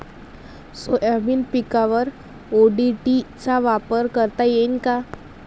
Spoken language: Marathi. सोयाबीन पिकावर ओ.डी.टी चा वापर करता येईन का?